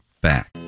back